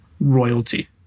royalty